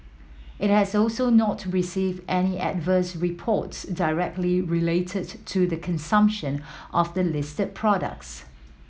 it has also not received any adverse reports directly related to the consumption of the listed products